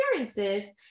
experiences